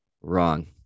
wrong